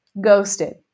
ghosted